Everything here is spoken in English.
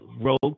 rogue